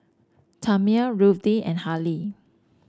Tamia Ruthie and Harlie